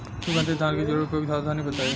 सुगंधित धान से जुड़ी उपयुक्त सावधानी बताई?